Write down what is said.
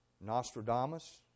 nostradamus